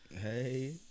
Hey